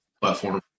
platform